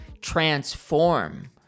transform